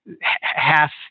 Half